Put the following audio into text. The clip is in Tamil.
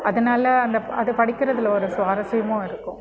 அதனால் அந்தப் அது படிக்கிறதில் ஒரு சுவாரஸ்யமும் இருக்கும்